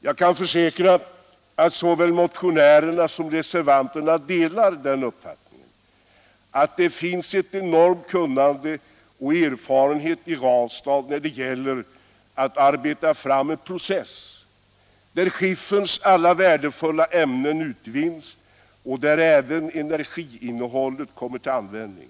Jag kan försäkra att såväl motionärerna som reservanterna delar den uppfattningen att det finns ett enormt kunnande och en enorm erfarenhet i Ranstad när det gäller att arbeta fram en process där skifferns alla värdefulla ämnen utvinns och där även energiinnehållet kommer till användning.